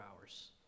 hours